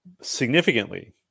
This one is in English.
Significantly